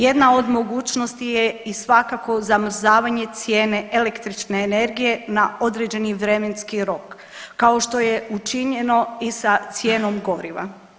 Jedna od mogućnosti je i svakako zamrzavanje cijene električne energije na određeni vremenski rok, kao što je učinjeno i sa cijenom goriva.